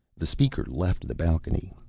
the speaker left the balcony.